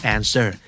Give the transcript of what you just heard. Answer